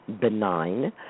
benign